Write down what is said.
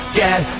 get